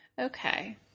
Okay